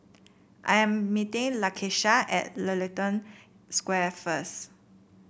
I am meeting Lakesha at Ellington Square first